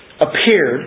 appeared